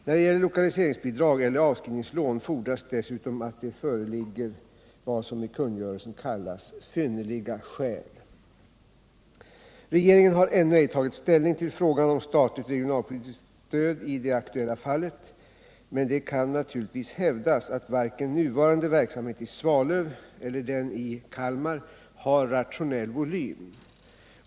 När det gäller lokaliseringsbidrag eller avskrivningslån fordras dessutom att det föreligger vad som i kungörelsen kallas synnerliga skäl. Regeringen har ännu ej tagit ställning till frågan om statligt regionalpolitiskt stöd i det aktuella fallet, men det kan naturligtvis hävdas att varken nuvarande verksamhet i Svalöv eller den i Kalmar har rationell volym.